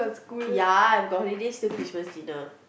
yeah I am got holiday still Christmas dinner